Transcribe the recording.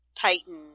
Titan